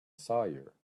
sawyer